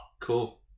Cool